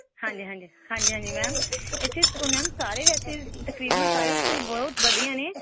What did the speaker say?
ਹਾਂਜੀ ਹਾਂਜੀ ਹਾਂਜੀ ਹਾਂਜੀ ਮੈਮ ਇੱਥੇ ਸਕੂਲ ਮੈਮ ਸਾਰੇ ਵੈਸੇ ਤਕਰੀਬਨ ਸਾਰੇ ਸਕੂਲ ਬਹੁਤ ਵਧੀਆ ਨੇ